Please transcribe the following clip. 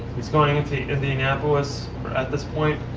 he's going into indianapolis at this point.